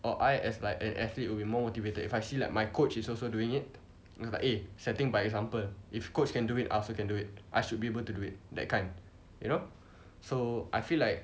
or I as like an athlete will be more motivated if I see like my coach is also doing it you know like eh setting by example if coach can do it I also can do it I should be able to do it that kind you know so I feel like